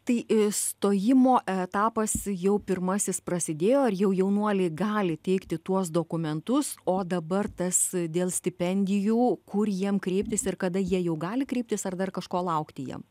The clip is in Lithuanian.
tai stojimo etapas jau pirmasis prasidėjo ir jau jaunuoliai gali teikti tuos dokumentus o dabar tas dėl stipendijų kur jiem kreiptis ir kada jie jau gali kreiptis ar dar kažko laukti jiem